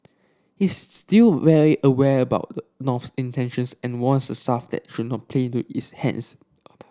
is still wary aware about the North intentions and warns the the should not play to its hands